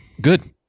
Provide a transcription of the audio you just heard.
Good